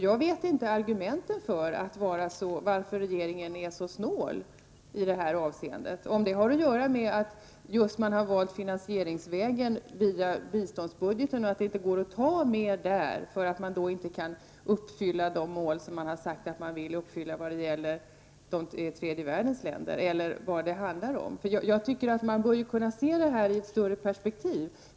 Jag vet inte varför regeringen är så snål i det här avseendet, om det har att göra med att man har valt finansieringsvägen via biståndsbudgeten och att det inte går att ta mer där, för att vi i så fall inte kan uppfylla de mål som man har sagt att man vill uppfylla när det gäller tredje världens länder — eller vad det handlar om. Jag tycker att man bör kunna se detta i ett större perspektiv.